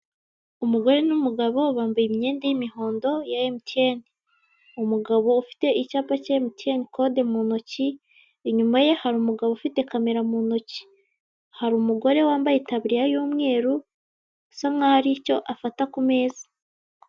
Umugore n'umugabo bambaye imyenda y'umuhondo ya MTN. Umugabo afite icyapa cya MTN kode mu ntoki, inyuma ye hari umugabo ufite kamera mu ntoki. Hari umugore wambaye itaburiya y'umweru, bisa nk'aho hari icyo afata ku meza.